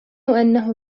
أنه